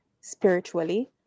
spiritually